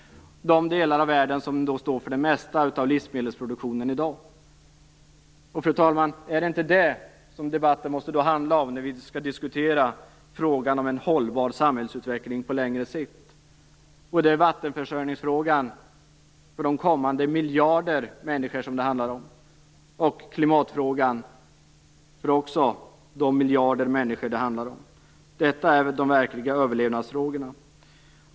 Det är de delar av världen som står för det mesta av livsmedelsproduktionen i dag. Fru talman! Är det inte det debatten måste handla om när vi diskuterar frågan om en hållbar samhällsutveckling på längre sikt? Det är vattenförsörjningsfrågan för kommande miljarder människor det handlar om. Det gäller också klimatfrågan för miljarder människor. Detta är de verkliga överlevnadsfrågorna.